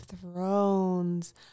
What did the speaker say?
thrones